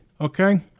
Okay